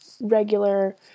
regular